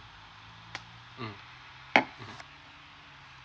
mm